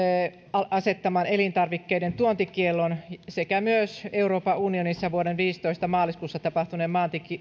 asettaman elintarvikkeiden tuontikiellon sekä myös euroopan unionissa vuoden kaksituhattaviisitoista maaliskuussa tapahtuneen